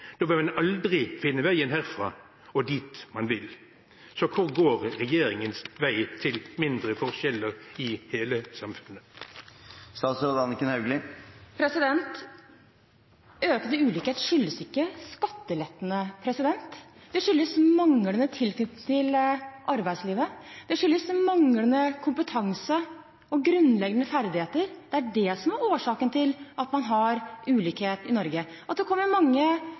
da vil en aldri finne veien herfra og dit man vil. Hvor går regjeringens vei til mindre forskjeller i hele samfunnet? Økende ulikhet skyldes ikke skattelettene – det skyldes manglende tilknytning til arbeidslivet, det skyldes manglende kompetanse og grunnleggende ferdigheter. Det er det som er årsaken til at man har ulikhet i Norge. Det kommer mange